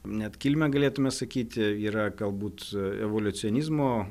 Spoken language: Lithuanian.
net kilmę galėtume sakyti yra galbūt evoliucionizmo